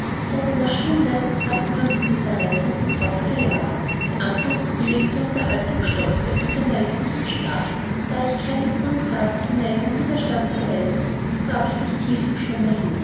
seit einer stunde hatten wir uns in dieser reizenden grotte gelagert die anfangs so belebte unterhaltung stockte und wir neigten zum schlaf da ich gar keinen grund sah dieser neigung widerstand zu leisten so gab ich mich tiefem schlummer hin